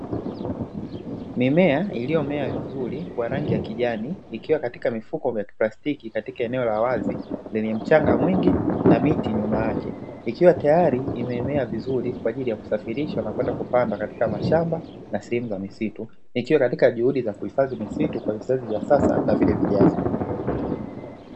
Mimea iliyomea vizuri kwa rangi ya kijani ikiwa katika mifuko ya plastiki, katika eneo la wazi lenye mchanga mwingi na miti nyuma yake. Ikiwa tayari imemea vizuri kwa ajili ya kusafirishwa na kwenda kupandwa katika mashamba na sehemu za misitu, ikiwa katika juhudi za kuhifadhi misitu kwa vizazi vya sasa na vile vijavyo.